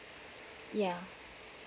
yeah